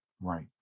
right